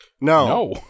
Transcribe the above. No